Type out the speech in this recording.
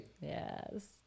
Yes